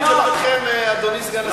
דני דנון יודע על העקביות שלכם, אדוני סגן השר?